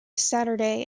saturday